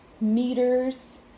meters